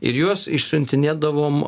ir juos išsiuntinėdavom